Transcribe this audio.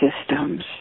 systems